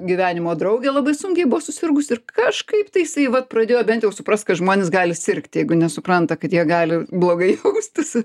gyvenimo draugė labai sunkiai buvo susirgus ir kažkaip tai jisai vat pradėjo bent jau suprast kad žmonės gali sirgt jeigu nesupranta kad jie gali blogai jaustis